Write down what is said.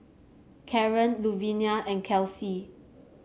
Kaaren Luvinia and Kelcie